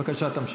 בבקשה, תמשיך.